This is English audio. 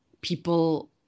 people